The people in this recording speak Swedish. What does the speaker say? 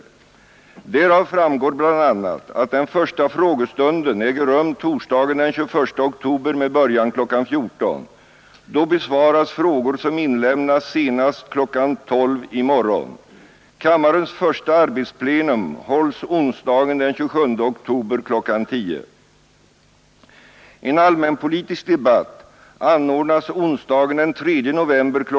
Därav framgår bland annat att den första frågestunden äger rum torsdagen den 21 oktober med början kl. 14.00. Då besvaras frågor som inlämnas senast kl. 12.00 i morgon. Kammarens första arbetsplenum hålls onsdagen den 27 oktober kl. 10.00. En allmänpolitisk debatt anordnas onsdagen den 3 november kl.